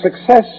success